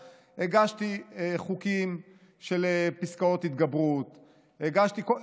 כמה יחידי סגולה מסוגלים לעשות את זה כמו שצריך,